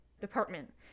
department